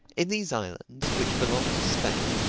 in these islands, which belonged to spain,